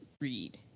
read